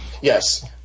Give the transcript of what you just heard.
Yes